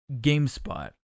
GameSpot